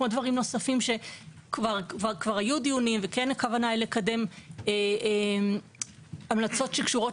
כמו דברים נוספים שכבר היו לגביהם דיונים; והכוונה לקדם המלצות שקשורות